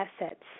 assets